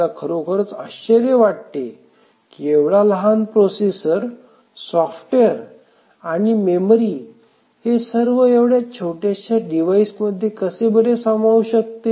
आपल्याला खरोखरच आश्चर्य वाटते की एवढा लहान प्रोसेसर सॉफ्टवेअर आणि मेमरी हे सर्व एवढ्या छोट्याशा डिवाइस मध्ये कसे बर सामाऊ शकते